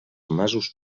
masos